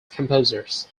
composers